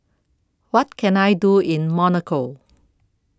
What Can I Do in Monaco